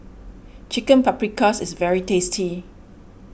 Chicken Paprikas is very tasty